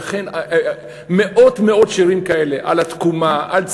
וכן מאות מאות שירים כאלה, על התקומה, על ציון,